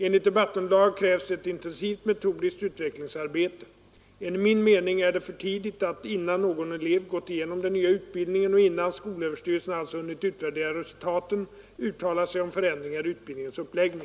Enligt debattunderlaget krävs ett intensivt metodiskt utvecklingsarbete. Enligt min mening är det för tidigt att, innan någon elev gått igenom den nya utbildningen och innan skolöverstyrelsen alltså hunnit utvärdera resultaten, uttala sig om förändringar i utbildningens uppläggning.